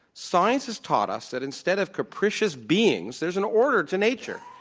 science has taught us that instead of capricious beings, there's an order to nature,